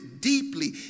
deeply